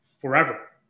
forever